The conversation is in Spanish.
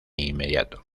inmediato